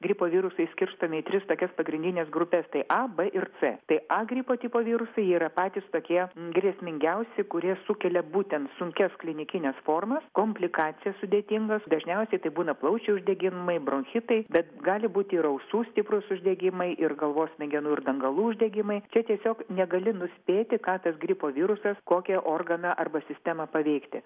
gripo virusai skirstomi į tris tokias pagrindines grupes tai a b ir c tai a gripo tipo virusai yra patys tokie grėsmingiausi kurie sukelia būtent sunkias klinikines formas komplikacijas sudėtingas dažniausiai tai būna plaučių uždegimai bronchitai bet gali būti ir ausų stiprūs uždegimai ir galvos smegenų ir dangalų uždegimai čia tiesiog negali nuspėti ką tas gripo virusas kokį organą arba sistemą paveikti